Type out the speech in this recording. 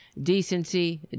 decency